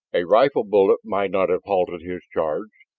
a rifle bullet might not have halted his charge,